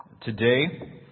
today